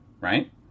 right